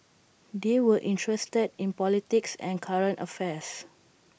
they were interested in politics and current affairs